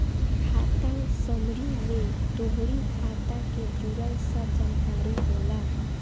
खाता समरी में तोहरी खाता के जुड़ल सब जानकारी होला